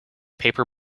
paper